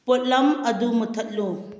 ꯄꯣꯠꯂꯝ ꯑꯗꯨ ꯃꯨꯠꯊꯠꯂꯨ